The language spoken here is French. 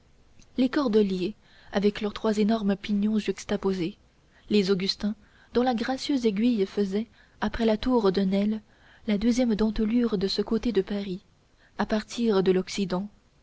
les cordeliers avec leurs trois énormes pignons juxtaposés les augustins dont la gracieuse aiguille faisait après la tour de nesle la deuxième dentelure de ce côté de paris à partir de l'occident